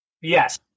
Yes